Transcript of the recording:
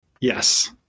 Yes